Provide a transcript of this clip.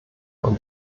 und